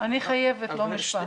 משפט אחד בקצרה.